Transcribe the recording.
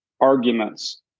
arguments